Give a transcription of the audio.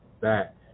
back